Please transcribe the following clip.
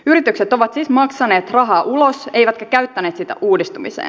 yritykset ovat siis maksaneet rahaa ulos eivätkä käyttäneet sitä uudistumiseen